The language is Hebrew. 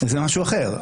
זה משהו אחר.